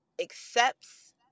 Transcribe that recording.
accepts